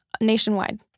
nationwide